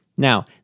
Now